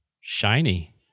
Shiny